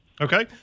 Okay